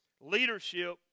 Leadership